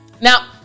Now